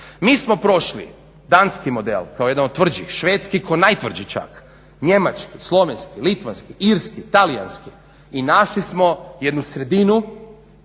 Mi smo prošli danski model kao jedan od tvrđih, švedski ko najtvrđi čak, njemački, slovenski, litvanski, irski, talijanski i našli smo jednu sredinu